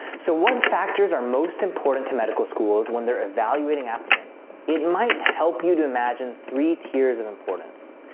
so what factors are most important to medical schools when they're evaluating applicants? it might help you to imagine three tiers of importance.